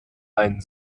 einen